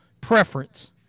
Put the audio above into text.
preference